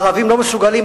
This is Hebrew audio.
הערבים לא מסוגלים,